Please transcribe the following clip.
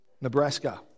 Nebraska